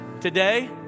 today